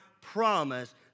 promise